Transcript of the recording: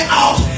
out